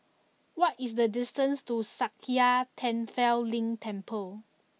what is the distance to Sakya Tenphel Ling Temple